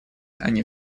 они